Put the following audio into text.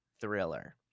Thriller